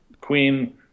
queen